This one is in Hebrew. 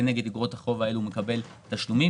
כנגד אגרות החוב הוא מקבל תשלומים.